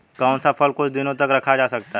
कौन सा फल कुछ दिनों तक रखा जा सकता है?